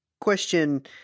question